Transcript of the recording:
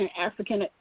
African